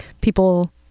people